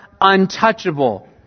untouchable